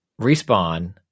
respawn